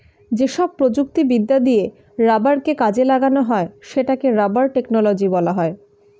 যেসব প্রযুক্তিবিদ্যা দিয়ে রাবারকে কাজে লাগানো হয় সেটাকে রাবার টেকনোলজি বলা হয়